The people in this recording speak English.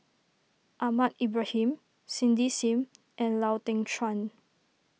Ahmad Ibrahim Cindy Sim and Lau Teng Chuan